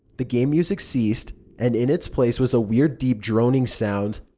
the game music ceased and in its place was a weird, deep droning sound.